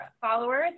followers